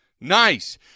Nice